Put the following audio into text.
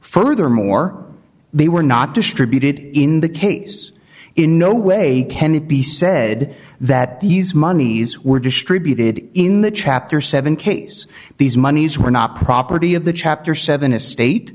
furthermore they were not distributed in the case in no way can it be said that these monies were distributed in the chapter seven case these monies were not property of the chapter seven estate